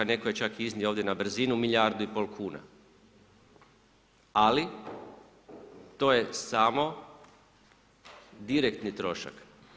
Netko je čak iznio ovdje na brzinu milijardu i pol kuna ali to je samo direktni trošak.